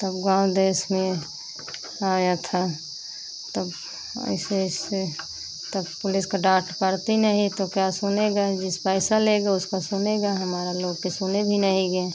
तब गाँव देस में आया था तब इआसे ऐसे तब पुलिस की डाँट पड़ती नहीं तो क्या सुनेगा जिस पैसा लेगा उसका सुनेगा हमारा लोग के सुने भी नहीं गे